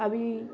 আমি